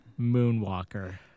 Moonwalker